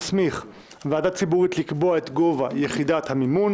מסמיך ועדה ציבורית לקבוע את גובה יחידת המימון.